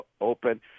open